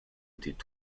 étaient